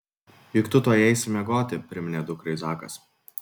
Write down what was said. juk tu tuoj eisi miegoti priminė dukrai zakas